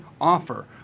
offer